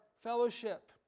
fellowship